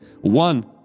One